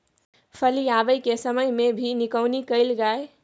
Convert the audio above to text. फली आबय के समय मे भी निकौनी कैल गाय?